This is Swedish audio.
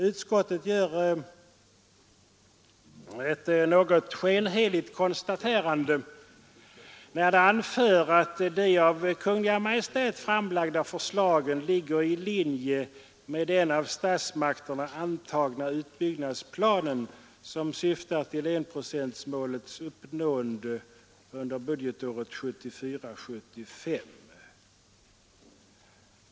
Utskottet gör ett något skenheligt konstaterande, när utskottet anför Nr 72 att de av Kungl. Maj:t framlagda förslagen ligger i linje med den av Onsdagen den statsmakterna antagna utbyggnadsplanen, som syftar till enprocents 25 april 1973 målets uppnående under budgetåret 1974/75.